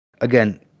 again